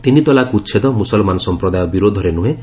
ତିନି ତଲାକ ଉଚ୍ଛେଦ ମୁସଲମାନ ସଂପ୍ରଦାୟ ବିରୋଧରେ ନୁହେଁ